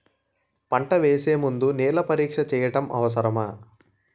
పంట వేసే ముందు నేల పరీక్ష చేయటం అవసరమా?